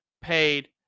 paid